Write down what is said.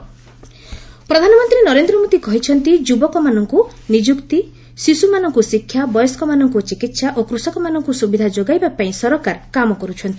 ରିଭ୍ PM Port Blair ପ୍ରଧାନମନ୍ତ୍ରୀ ନରେନ୍ଦ୍ର ମୋଦି କହିଛନ୍ତି ଯୁବକମାନଙ୍କୁ ନିଯୁକ୍ତି ଶିଶୁମାନଙ୍କୁ ଶିକ୍ଷା ବୟସ୍କମାନଙ୍କୁ ଚିକିତ୍ସା ଓ କୃଷକମାନଙ୍କୁ ସୁବିଧା ଯୋଗାଇବା ପାଇଁ ସରକାର କାମ କରୁଛନ୍ତି